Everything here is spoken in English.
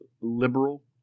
liberal